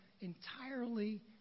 entirely